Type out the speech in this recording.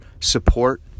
support